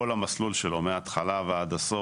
כל המסלול שלו מהתחלה ועד הסוף,